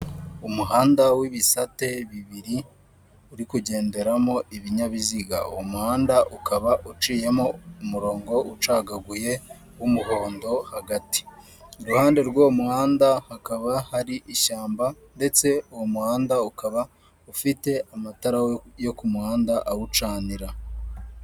Umuhanda w'ibisate bibiri uri kugenderamo ibinyabiziga. Uwo muhanda ukaba uciyemo umurongo ucagaguye w'umuhondo hagati. Iruhande rw'uwo muhanda hakaba hari ishyamba, ndetse uwo muhanda ukaba ufite amatara yo ku muhanda awucanira.